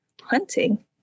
hunting